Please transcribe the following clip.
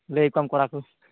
ᱞᱟᱹᱭᱟᱠᱚᱣᱟᱢ ᱠᱚᱲᱟ ᱠᱚ